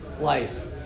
life